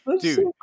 dude